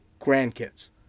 grandkids